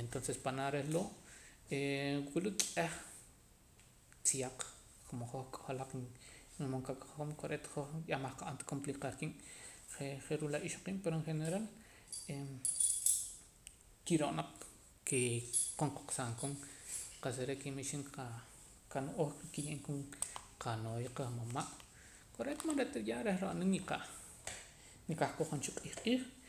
entonces panaa' reh loo' wula k'eh tziyaq como hoj k'ojolaq wulmood qakojom kore'eet hoj yah man nqa'an ta complicar qiib' je' je' ruu' la ixoqiib' pero en general kiroo naq kon qoqsaam koon qa'sa re' kaib' ixib' qano'ooj ke kiye'eem koon qanooya qamama' kore'eet man re'ta yah re' ro'na niqa' niqah kojom cha q'iij q'iij